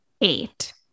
eight